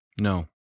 no